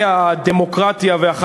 מר בגין קיים את ההידברות, והגיע הזמן